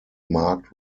marked